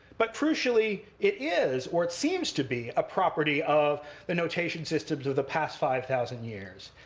but crucially, it is, or it seems to be, a property of the notation systems of the past five thousand years.